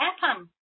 happen